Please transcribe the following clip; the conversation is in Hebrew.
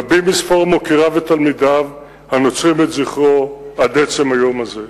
רבים מספור מוקיריו ותלמידיו הנוצרים את זכרו עד עצם היום הזה.